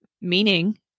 meaning